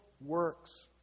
works